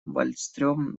вальстрём